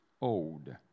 old